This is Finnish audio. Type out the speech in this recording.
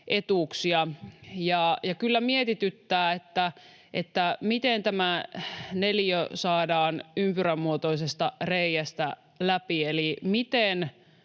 etuuksia. Kyllä mietityttää, miten tämä neliö saadaan ympyränmuotoisesta reiästä läpi eli miten